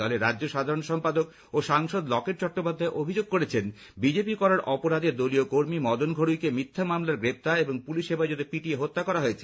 দলের রাজ্য সাধারণ সম্পাদক ও সাংসদ লকেট চট্টোপাধ্যায় অভিযোগ করেছেন বিজেপি করার অপরাধে দলীয় কর্মী মদন ঘড়ইকে মিথ্যা মামলায় গ্রেপ্তার এবং পুলিশ হেফাজতে পিটিয়ে হত্যা করা হয়েছে